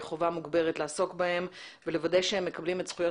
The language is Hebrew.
חובה מוגברת לעסוק בהם ולוודא שהם מקבלים את זכויות